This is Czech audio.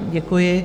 Děkuji.